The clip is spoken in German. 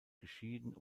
geschieden